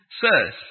Sirs